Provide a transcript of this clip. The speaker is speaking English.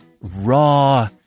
raw